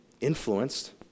influenced